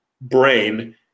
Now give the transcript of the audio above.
brain